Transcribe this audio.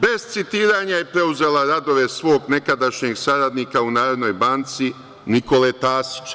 Bez citiranja je preuzela radove svog nekadašnjeg saradnika u Narodnoj banci Nikole Tasić.